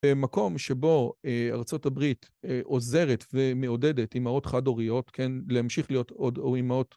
במקום שבו ארה״ב עוזרת ומעודדת אמהות חד-הוריות, כן, להמשיך להיות עוד או אמהות...